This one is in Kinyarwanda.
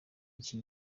y’iki